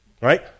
right